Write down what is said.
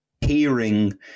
hearing